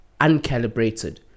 uncalibrated